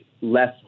less